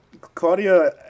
Claudia